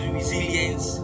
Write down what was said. resilience